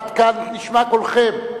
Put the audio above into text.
עד כאן נשמע קולכם.